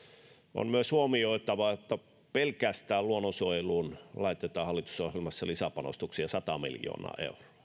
on myös huomioitava että pelkästään luonnonsuojeluun laitetaan hallitusohjelmassa lisäpanostuksia sata miljoonaa euroa